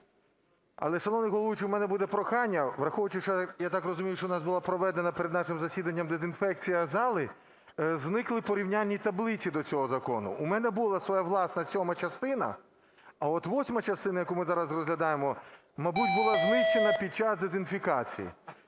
Але, шановний головуючий, в мене буде прохання, враховуючи, що, я так розумію, що в нас була проведена перед нашим засіданням дезінфекція зали, зникли порівняльні таблиці до цього закону. В мене була своя власна сьома частина, а от восьма частина, яку ми зараз розглядаємо, мабуть, була знищена під час дезінфекції.